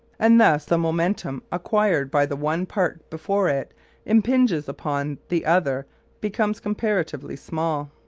and thus the momentum acquired by the one part before it impinges upon the other becomes comparatively small.